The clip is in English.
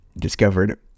discovered